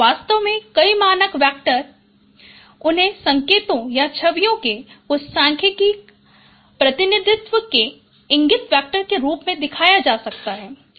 वास्तव में कई मानक बेस वैक्टर उन्हें संकेतों या छवियों के कुछ सांख्यिकीय प्रतिनिधित्व के इगन वेक्टर के रूप में दिखाया जा सकता है